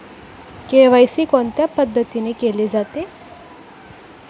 KYC कोणत्या पद्धतीने केले जाते?